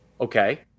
okay